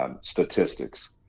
Statistics